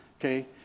Okay